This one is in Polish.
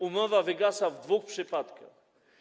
Umowa wygasa w dwóch przypadkach.